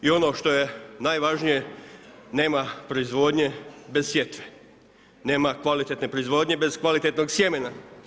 I ono što je najvažnije nema proizvodnje bez sjetve, nema kvalitetne proizvodnje bez kvalitetnog sjemena.